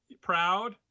proud